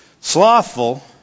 slothful